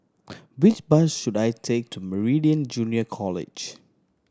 which bus should I take to Meridian Junior College